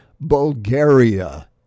Bulgaria